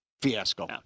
fiasco